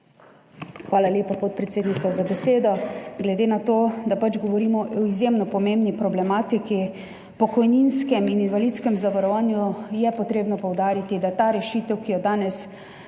Hvala lepa, podpredsednica, za besedo. Glede na to, da govorimo o izjemno pomembni problematiki, pokojninskem in invalidskem zavarovanju, je treba poudariti, da ta rešitev, ki jo bomo